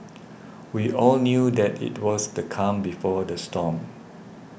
we all knew that it was the calm before the storm